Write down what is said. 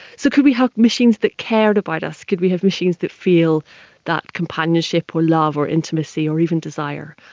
so could we have machines that cared about us, could we have machines that feel that companionship or love or intimacy or even desire,